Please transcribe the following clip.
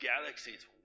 galaxies